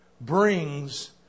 brings